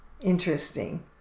interesting